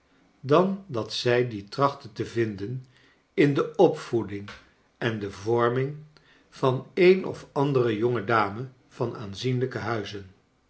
dan dat zij dien trachtte te vinden in de opvoeding en de vorming van een of andere jonge dame van aanzienlijken huize